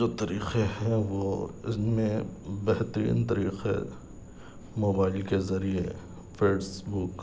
جو طریقے ہیں وہ ان میں بہترین طریقے موبائل کے ذریعے فیس بک